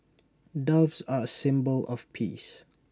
doves are A symbol of peace